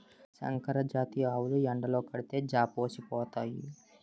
సంకరజాతి ఆవులు ఎండలో కడితే జాపోసిపోతాయి